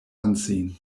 unseen